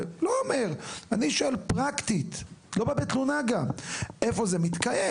אני שואל פרקטית איפה זה מתקיים,